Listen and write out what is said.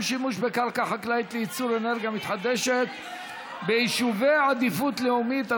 שימוש בקרקע חקלאית לייצור אנרגיה מתחדשת ביישובי עדיפות לאומית),